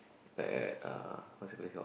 at uh what is that place called